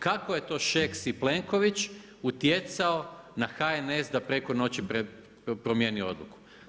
Kako je to Šeks i Plenković utjecao na HNS da preko noći promijeni odluku?